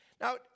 Now